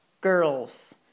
girls